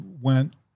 went